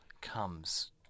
Comes